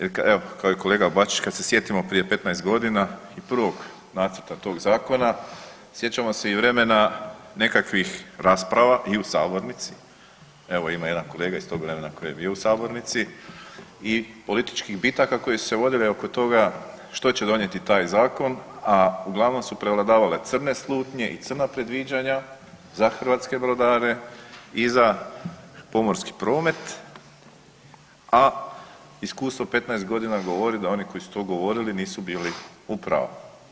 Evo kao i kolega Bačić kad se sjetimo prije 15.g. i prvog nacrta tog zakona sjećamo se i vremena nekakvih rasprava i u sabornici, evo ima jedan kolega iz tog vremena koji je bio u sabornici i političkih bitaka koje su se vodile oko toga što će donijeti taj zakon, a uglavnom su prevladavale crne slutnje i crna predviđanja za hrvatske brodare i za pomorski promet, a iskustvo 15.g. govori da oni koji su to govorili nisu bili u pravo.